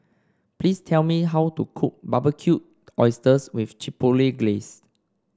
please tell me how to cook Barbecued Oysters with Chipotle Glaze